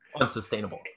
unsustainable